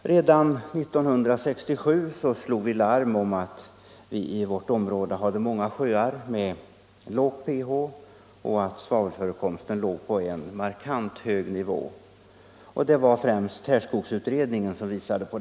Redan 1967 slog vi larm om att vi i vårt område hade många sjöar med lågt pH och att svavelförekomsten låg på en markant hög nivå. Det var främst Härskogsutredningen som visade detta.